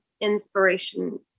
inspiration